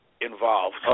involved